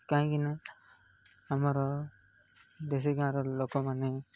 କାହିଁକିନା ଆମର ଦେଶୀ ଗାଁର ଲୋକମାନେ